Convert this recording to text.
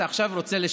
אתה עכשיו רוצה לשנות.